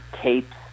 tapes